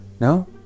No